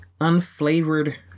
unflavored